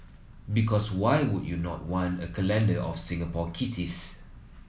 because why would you not want a calendar of Singaporean kitties